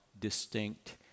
distinct